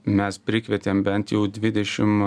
mes prikvietėm bent jau dvidešimt